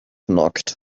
knocked